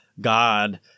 God